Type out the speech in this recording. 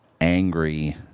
angry